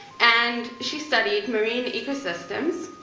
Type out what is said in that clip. and she studied marine ecosystems,